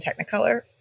Technicolor